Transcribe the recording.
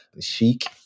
chic